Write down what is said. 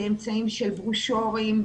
באמצעים של ברושורים,